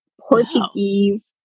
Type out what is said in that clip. Portuguese